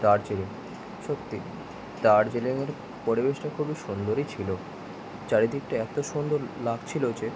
দার্জিলিং সত্যি দার্জিলিংয়ের পরিবেশটা খুবই সুন্দরই ছিলো চারিদিকটা এত্ত সুন্দর লাগছিলো যে